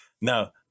Now